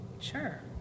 Sure